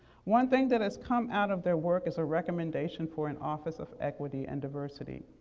one thing that has come out of their work is a recommendation for an office of equity and diversity.